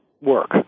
work